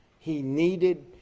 he needed